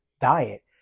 diet